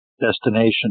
destination